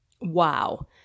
Wow